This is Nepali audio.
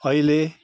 अहिले